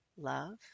Love